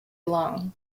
long